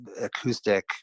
acoustic